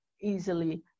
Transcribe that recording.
easily